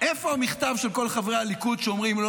איפה המכתב של כל חברי הליכוד שאומרים: לא